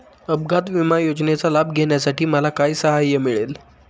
अपघात विमा योजनेचा लाभ घेण्यासाठी मला काय सहाय्य मिळेल?